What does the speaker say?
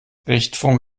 richtfunk